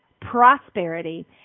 prosperity